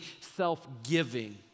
self-giving